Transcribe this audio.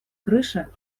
крыша